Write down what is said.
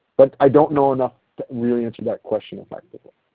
but i don't know enough to really answer that question effectively.